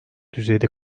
düzeyde